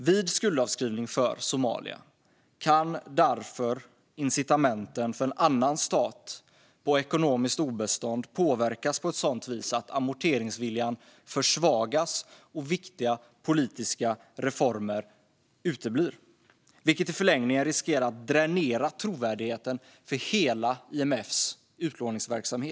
Vid skuldavskrivning för Somalia kan därför incitamenten för en annan stat på ekonomiskt obestånd påverkas på ett sådant vis att amorteringsviljan försvagas och viktiga politiska reformer uteblir, vilket i förlängningen riskerar att dränera trovärdigheten hos IMF:s hela utlåningsverksamhet.